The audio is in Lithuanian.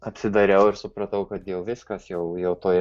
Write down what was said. apsidairiau ir supratau kad jau viskas jau jau tuoj